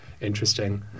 interesting